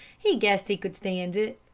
he guessed he could stand it.